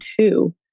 two